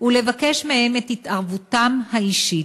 ולבקש מהם את התערבותם האישית,